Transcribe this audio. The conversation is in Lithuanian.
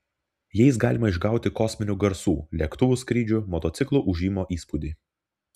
jais galima išgauti kosminių garsų lėktuvų skrydžių motociklų ūžimo įspūdį